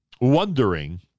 wondering